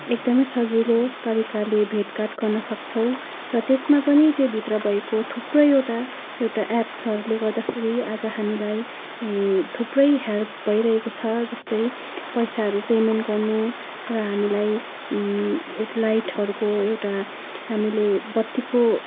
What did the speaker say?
एकदमै सजिलो तरिकाले भेटघाट गर्नसक्छौँ र त्यसमा पनि त्योभित्र भएको थुप्रैवटा एउटा एप्सहरूले गर्दाखेरि आज हामीलाई थुप्रै हेल्प भइरहेको छ जस्तै पैसाहरू पेमेन्ट गर्नु र हामीलाई एक लाइटहरूको एउटा हामीले बत्तीको